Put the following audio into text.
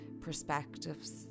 perspectives